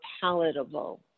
palatable